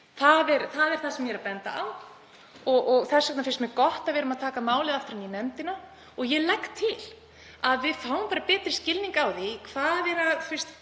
Það er það sem ég er að benda á. Þess vegna finnst mér gott að við tökum málið aftur inn í nefndina. Ég legg til að við fáum betri skilning á því hvað það